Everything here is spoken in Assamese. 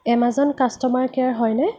এমাজন কাষ্টমাৰ কেয়াৰ হয়নে